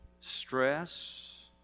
stress